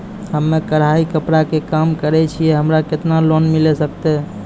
हम्मे कढ़ाई कपड़ा के काम करे छियै, हमरा केतना लोन मिले सकते?